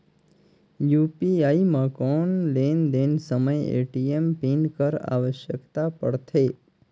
UPI म कौन लेन देन समय ए.टी.एम पिन कर आवश्यकता पड़थे?